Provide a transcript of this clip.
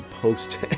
post